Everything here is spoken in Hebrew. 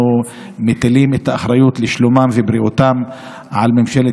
אנחנו מטילים את האחריות לשלומם ולבריאותם על ממשלת